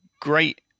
great